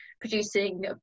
producing